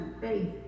faith